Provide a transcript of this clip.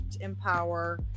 empower